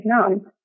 Vietnam